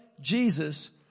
Jesus